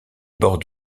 bords